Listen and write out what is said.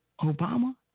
Obama